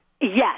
Yes